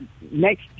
next